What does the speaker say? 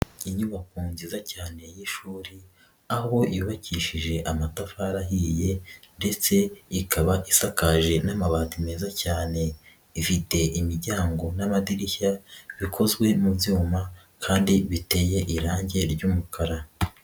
Inyubako nziza cyane y'ishuri, aho yubakishije amatafari ahiye ndetse ikaba isakaje n'amabati meza cyane, ifite imiryango n'amadirishya, bikozwe mu byuma kandi biteye irangi ry'umukara.